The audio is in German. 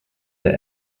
der